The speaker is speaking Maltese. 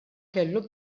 kellu